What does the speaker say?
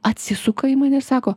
atsisuka į mane sako